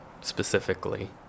specifically